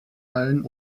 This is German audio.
allen